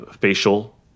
facial